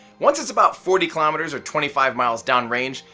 once it's about forty kilometers or twenty five miles downrange,